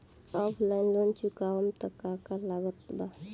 Offline loan चुकावे म का का लागत बा?